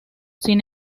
sin